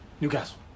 Newcastle